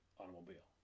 automobile